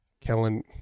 Kellen